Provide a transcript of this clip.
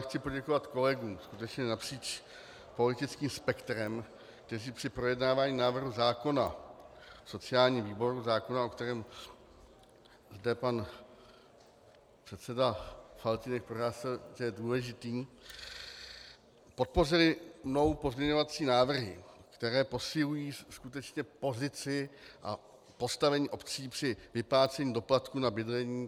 Chci poděkovat kolegům skutečně napříč politickým spektrem, kteří při projednávání návrhu zákona v sociálním výboru, zákona, o kterém zde pan předseda Faltýnek prohlásil, že je důležitý, podpořili mé pozměňovací návrhy, které posilují skutečně pozici a postavení obcí při vyplácení doplatků na bydlení.